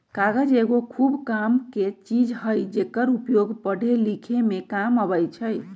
कागज एगो खूब कामके चीज हइ जेकर उपयोग पढ़े लिखे में काम अबइ छइ